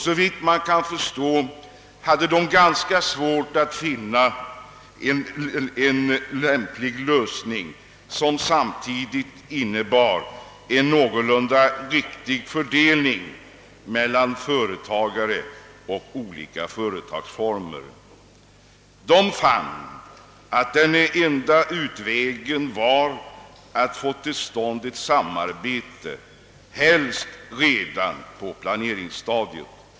Såvitt man kan förstå hade de ganska svårt att finna en lämplig lösning, som samtidigt innebar en någorlunda riktig fördelning mellan företagare och olika företagsformer. De fann att den enda utvägen var att få till stånd ett samarbete, helst redan på planeringsstadiet.